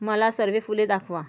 मला सर्व फुले दाखवा